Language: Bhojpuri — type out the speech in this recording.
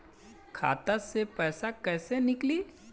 खाता से पैसा कैसे नीकली?